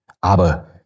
Aber